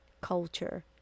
culture